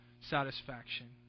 satisfaction